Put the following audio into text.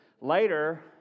Later